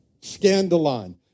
scandalon